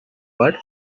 but